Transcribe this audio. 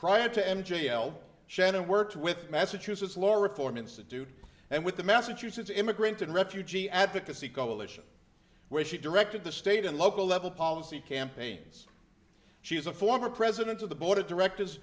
prior to enter j l shannon worked with massachusetts law reform institute and with the massachusetts immigrant and refugee advocacy coalition where she directed the state and local level policy campaigns she's a former president of the board of directors